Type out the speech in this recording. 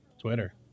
Twitter